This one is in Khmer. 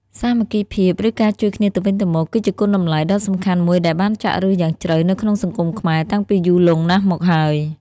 សាមគ្គីភាព ឬការជួយគ្នាទៅវិញទៅមក គឺជាគុណតម្លៃដ៏សំខាន់មួយដែលបានចាក់ឫសយ៉ាងជ្រៅនៅក្នុងសង្គមខ្មែរតាំងពីយូរលង់ណាស់មកហើយ។